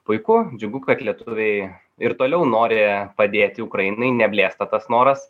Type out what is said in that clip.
puiku džiugu kad lietuviai ir toliau nori padėti ukrainai neblėsta tas noras